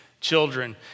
Children